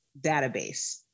database